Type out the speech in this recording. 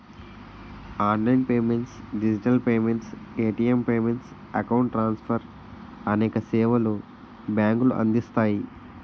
online payments digital payments, ATM payments, account transfer అనేక సేవలు బ్యాంకులు అందిస్తాయి